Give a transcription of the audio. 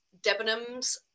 Debenhams